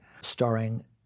starring